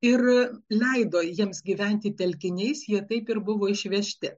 ir leido jiems gyventi telkiniais jie taip ir buvo išvežti